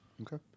Okay